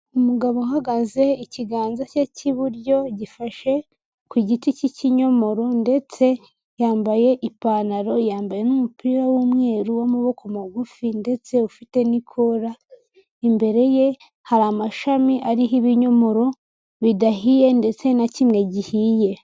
Umugabo uhagaze ikiganza cye cy'iburyo gifashe ku giti cy'ikinyomoro, ndetse yambaye ipantaro yambaye n'umupira w'umweru w'amaboko magufi ndetse ufite n'ikora, imbere ye hari amashami ariho ibinyomoro, bidahiye ndetse na kimwe gihiye.